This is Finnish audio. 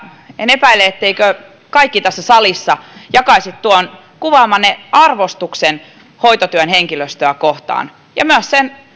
en epäile etteivätkö kaikki tässä salissa jakaisi tuon kuvaamanne arvostuksen hoitotyön henkilöstöä kohtaan ja myös sen